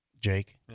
Jake